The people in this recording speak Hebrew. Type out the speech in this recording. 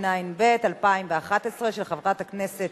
התשע"ב 2011, של חברת הכנסת